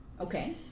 Okay